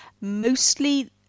Mostly